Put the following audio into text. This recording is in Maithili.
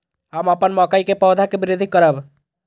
हम अपन मकई के पौधा के वृद्धि करब?